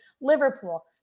Liverpool